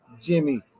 Jimmy